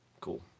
Cool